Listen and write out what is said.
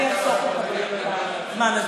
אני אחסוך לחברים את הזמן הזה.